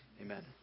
Amen